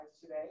today